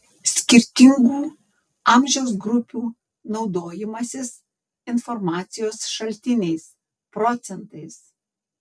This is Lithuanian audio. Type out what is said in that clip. skirtingų amžiaus grupių naudojimasis informacijos šaltiniais procentais